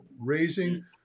raising